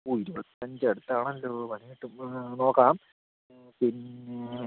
ഓ ഇരുപത്തഞ്ച് അടുത്താണല്ലോ പണി കിട്ടും നോക്കാം പിന്നേ